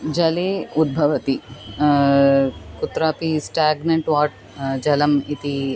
जले उद्भवति कुत्रापि स्टाग्नेन्ट् वाट् जलम् इति